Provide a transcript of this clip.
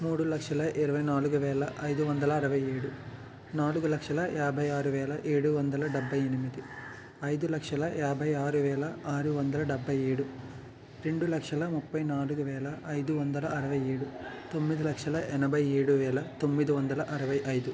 మూడు లక్షల ఇరవై నాలుగు వేల ఐదు వందల ఆరవై ఏడు నాలుగు లక్షల యాభై ఆరువేల ఏడు వందల డెబ్భై ఎనిమిది ఐదు లక్షల యాభై ఆరు వేల ఆరు వందల డెబ్భై ఏడు రెండు లక్షల ముప్పై నాలుగు వేల ఐదు వందల ఆరవై ఏడు తొమ్మిది లక్షల ఎనభై ఏడు వేల తొమ్మిది వందల అరవై ఐదు